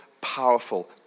powerful